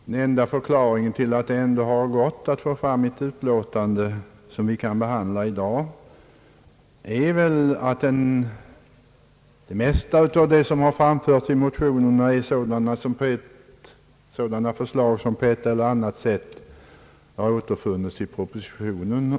Den enda förklaringen till att det har gått att få fram ett utlåtande som vi kan behandla i dag torde vara att det mesta av vad som framförts i motionerna är sådana förslag som på ett eller annat sätt återfinns i propositionen.